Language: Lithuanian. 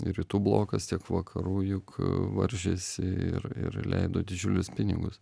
rytų blokas tiek vakarų juk varžėsi ir ir leido didžiulius pinigus